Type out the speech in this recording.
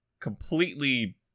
completely